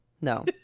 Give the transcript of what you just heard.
No